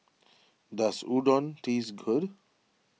does Udon taste good